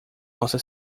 nossa